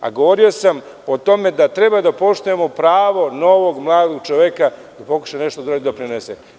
A govorio sam o tome da treba da poštujemo pravo novog, mladog čoveka, u pokušaju da nešto uradi i doprinese.